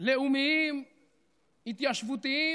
לאומיים והתיישבותיים